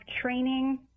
training